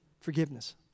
forgiveness